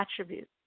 attributes